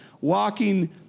walking